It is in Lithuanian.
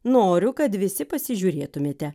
noriu kad visi pasižiūrėtumėte